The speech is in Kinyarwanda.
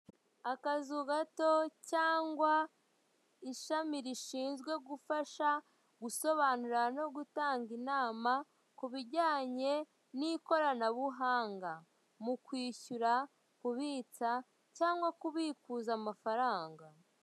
Akazu gato cyangwa ishami rishizwe gufasha gusobanurira nogutanga inama kubijyanye n'ikoranabuhanga mu kwishyura, kwibutsa cyangwa kubikuza amafaranga.